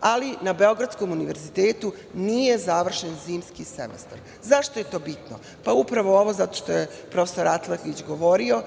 ali na Beogradskom univerzitetu nije završen zimski semestar.Zašto je to bitno? Upravo ovo o čemu je profesor Atlagić govorio.